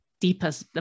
deepest